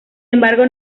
embargo